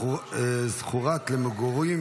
זכות למגורים